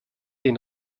den